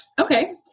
Okay